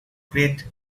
great